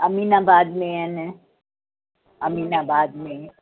अमीनाबाद में आहिनि अमीनाबाद में